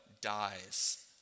dies